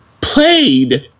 played